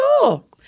cool